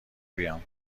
بیام